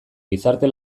gizarte